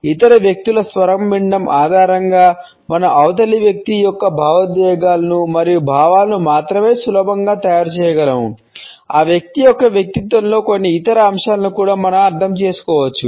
ఇతర వ్యక్తుల స్వరం వినడం ఆధారంగా మనం అవతలి వ్యక్తి యొక్క భావోద్వేగాలను మరియు భావాలను మాత్రమే సులభంగా తయారు చేయగలము ఆ వ్యక్తి యొక్క వ్యక్తిత్వంలోని కొన్ని ఇతర అంశాలను కూడా మనం అర్థం చేసుకోవచ్చు